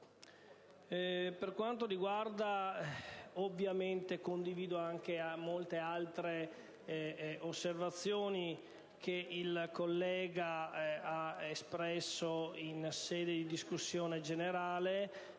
il suo contenuto. Ovviamente, condivido anche molte altre osservazioni che il collega ha espresso in sede di discussione generale,